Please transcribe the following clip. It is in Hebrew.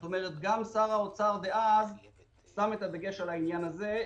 גם שר האוצר דאז שם את הדגש על הדבר הזה.